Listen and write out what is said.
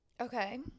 Okay